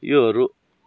योहरू